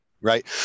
Right